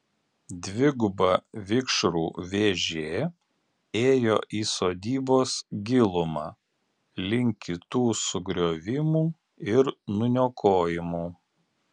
dviguba vikšrų vėžė ėjo į sodybos gilumą link kitų sugriovimų ir nuniokojimų